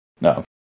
No